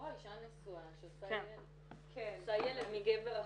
אישה נשואה שעושה ילד מגבר אחר.